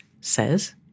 says